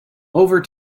over